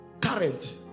current